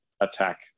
attack